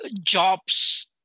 jobs